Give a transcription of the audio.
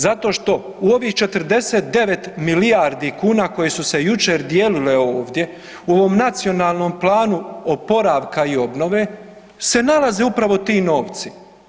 Zato što u ovih 49 milijardi kuna koje su se jučer dijelile ovdje u ovom Nacionalnom planu oporavka i obnove se nalaze upravo ti novci.